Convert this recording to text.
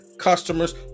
customers